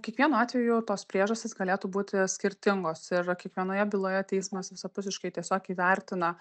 kiekvienu atveju tos priežastys galėtų būti skirtingos ir kiekvienoje byloje teismas visapusiškai tiesiog įvertina